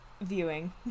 viewing